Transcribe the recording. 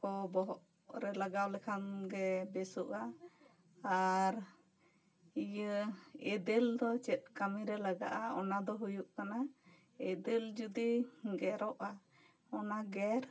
ᱠᱚ ᱵᱚᱦᱚᱜ ᱨᱮ ᱞᱟᱜᱟᱣ ᱞᱮᱠᱷᱟᱱ ᱜᱮ ᱵᱮᱥᱚᱜᱼᱟ ᱟᱨ ᱤᱭᱟᱹ ᱮᱫᱮᱞ ᱫᱚ ᱪᱮᱫ ᱠᱟᱹᱢᱤ ᱨᱮ ᱞᱟᱜᱟᱜᱼᱟ ᱚᱱᱟ ᱫᱚ ᱦᱩᱭᱩᱜ ᱠᱟᱱᱟ ᱮᱫᱮᱞ ᱡᱩᱫᱤ ᱜᱮᱨᱚᱜᱼᱟ ᱚᱱᱟ ᱜᱮᱨ